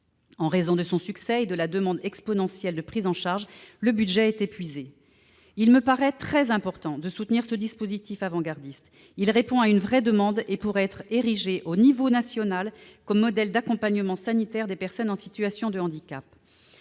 En raison de son succès et de la demande exponentielle de prise en charge, le budget est épuisé. Il me paraît très important de soutenir ce dispositif avant-gardiste. Il répond à une véritable demande et pourrait être érigé à l'échelon national comme modèle d'accompagnement sanitaire des personnes en situation de handicap.